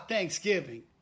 Thanksgiving